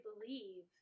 believe